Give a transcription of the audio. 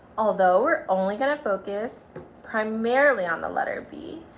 although we're only going to focus primarily on the letter b,